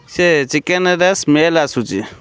ସେ ଚିକେନ୍ର ସ୍ମେଲ୍ ଆସୁଛି